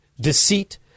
deceit